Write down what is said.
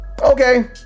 okay